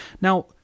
Now